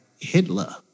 Hitler